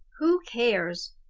who cares?